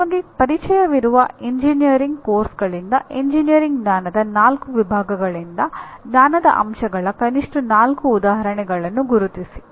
ನಿಮಗೆ ಪರಿಚಯವಿರುವ ಎಂಜಿನಿಯರಿಂಗ್ ಪಠ್ಯಕ್ರಮಗಳಿಂದ ಎಂಜಿನಿಯರಿಂಗ್ ಜ್ಞಾನದ ನಾಲ್ಕು ವಿಭಾಗಗಳಿಂದ ಜ್ಞಾನದ ಅಂಶಗಳ ಕನಿಷ್ಠ ನಾಲ್ಕು ಉದಾಹರಣೆಗಳನ್ನು ಗುರುತಿಸಿ